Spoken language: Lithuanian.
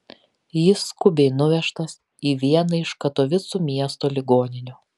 jis skubiai nuvežtas į vieną iš katovicų miesto ligoninių